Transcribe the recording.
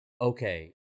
okay